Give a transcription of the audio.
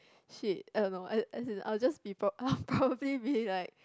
shit I don't know as~ as in I'll just be prob~ I'll probably be like